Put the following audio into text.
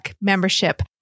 membership